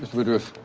woodroof,